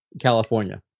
California